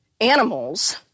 animals